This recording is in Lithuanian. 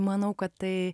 manau kad tai